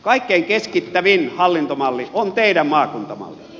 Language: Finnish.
kaikkein keskittävin hallintomalli on teidän maakuntamalli